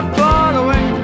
following